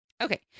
Okay